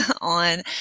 on